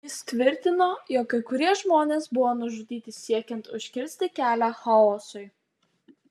jis tvirtino jog kai kurie žmonės buvo nužudyti siekiant užkirsti kelią chaosui